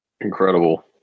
Incredible